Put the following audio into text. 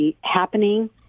happening